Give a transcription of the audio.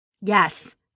Yes